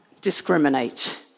discriminate